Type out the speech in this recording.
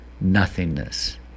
nothingness